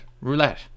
roulette